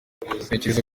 ntekereza